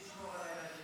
מי ישמור על הילדים?